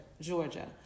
Georgia